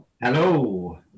Hello